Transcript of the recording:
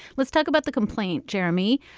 let's talk about the complaint jeremy.